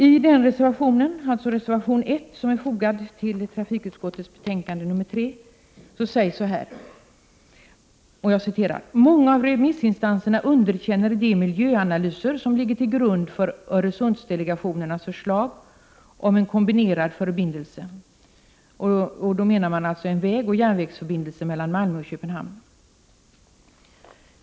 I den — dvs. reservation 1, som är fogad till trafikutskottets betänkande nr 3 heter det: ”Många av remissinstanserna underkänner de miljöanalyser som ligger till grund för Öresundsdelegationernas förslag om en kombinerad förbindelse.” Därmed avses alltså en vägoch järnvägsförbindelse mellan Malmö och Köpenhamn.